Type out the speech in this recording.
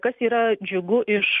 kas yra džiugu iš